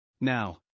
Now